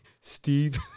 Steve